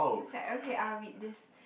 looks like okay I'll read this